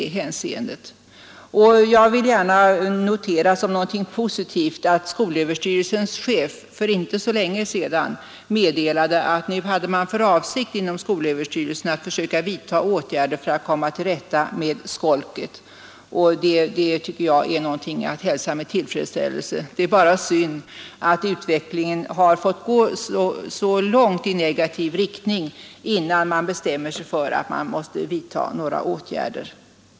Jag vill gärna notera som något positivt att skolöverstyrelsens chef för inte så länge sedan meddelade att nu hade man för avsikt att inom skolöverstyrelsen försöka vidta åtgärder för att komma till rätta med skolket. Det tycker jag är att hälsa med tillfredsställelse. Det är bara synd att utvecklingen har fått gå så långt i negativ riktning innan man bestämmer sig för att åtgärder måste vidtagas.